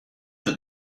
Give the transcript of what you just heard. that